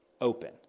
open